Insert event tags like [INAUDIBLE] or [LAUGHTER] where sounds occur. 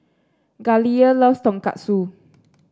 Galilea loves Tonkatsu [NOISE]